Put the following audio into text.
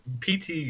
PT